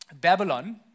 Babylon